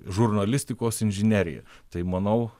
žurnalistikos inžinerija tai manau